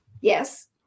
Yes